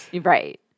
Right